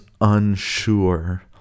unsure